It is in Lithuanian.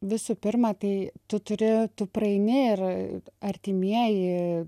visų pirma tai tu turi tu praeini ir artimieji